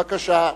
בבקשה.